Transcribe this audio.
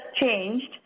changed